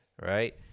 right